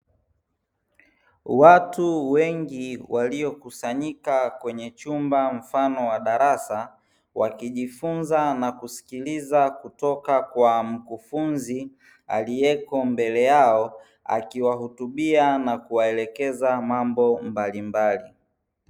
Watu wengi waliokusanyika kwenye chumba mfano wa darasa, wakijifunza na kusikiliza kutoka kwa mkufunzi aliyeko mbele yao, akiwahutubia na kuwaelekeza mambo mbalimbali.